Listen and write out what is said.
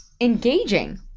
engaging